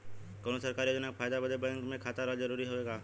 कौनो सरकारी योजना के फायदा बदे बैंक मे खाता रहल जरूरी हवे का?